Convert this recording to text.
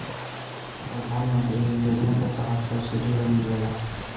प्रधान मंत्री योजना के तहत सब्सिडी लोन मिलेला